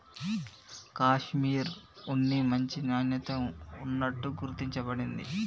కాషిమిర్ ఉన్ని మంచి నాణ్యత ఉన్నట్టు గుర్తించ బడింది